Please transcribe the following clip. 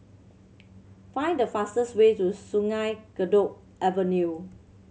find the fastest way to Sungei Kadut Avenue